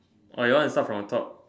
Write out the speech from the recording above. or you want to start from the top